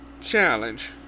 challenge